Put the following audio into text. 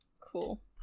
Cool